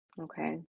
Okay